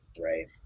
right